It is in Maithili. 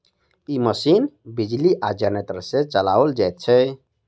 ई मशीन बिजली आ जेनेरेटर सॅ चलाओल जाइत छै